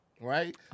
Right